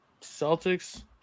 Celtics